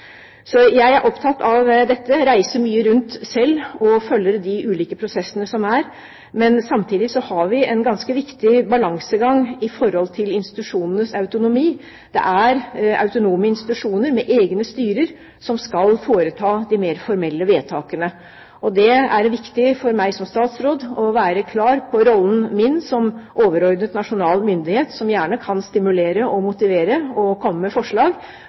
Jeg er opptatt av dette, reiser mye rundt selv og følger de ulike prosessene, men samtidig har vi en ganske viktig balansegang i forhold til institusjonenes autonomi. Det er autonome institusjoner med egne styrer som skal foreta de mer formelle vedtakene. Det er viktig for meg som statsråd å være klar på rollen min som overordnet nasjonal myndighet, som gjerne kan stimulere og motivere og komme med forslag,